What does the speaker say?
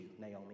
Naomi